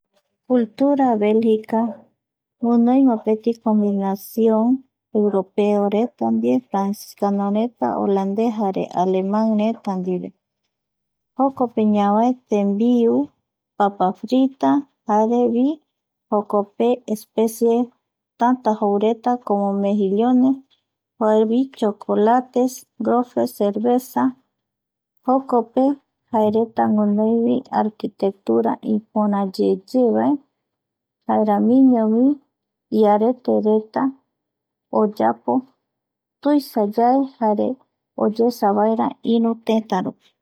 Cultura Belgica guinoi mopeti combinación europeoreta ndie franciscano, holandesreta ndie alemanreta ndie jokope ñavae tembiu papafritas jarevi jokope especie täta joureta como mejillones jaevi chokolate, cerveza jokope jaereta guinoi arquitectura ipöra yeyevae, jaeramiñovi iaretereta tuisa yae oyeesavaera iru tëtarupi